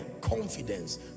confidence